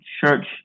Church